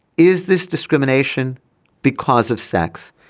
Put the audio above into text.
is this discrimination because of sex.